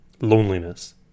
loneliness